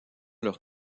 leurs